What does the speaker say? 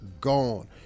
gone